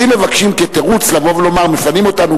אז אם מבקשים כתירוץ לבוא ולומר: מפנים אותנו,